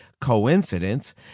coincidence